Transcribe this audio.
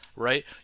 Right